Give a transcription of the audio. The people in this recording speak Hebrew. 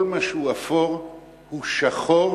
כל מה שהוא אפור הוא שחור,